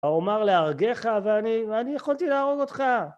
האומר להרגך ואני ואני יכולתי להרוג אותך.